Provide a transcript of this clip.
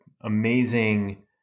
amazing